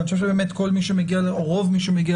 כי אני חושב שבאמת כל או רוב מי שמגיע